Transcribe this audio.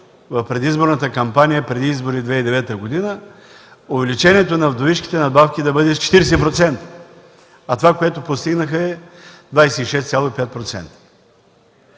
в предизборната кампания преди Избори 2009 г. беше увеличението на вдовишките надбавки да бъде с 40 %, а това, което постигнаха, е 26.5 %.